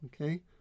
Okay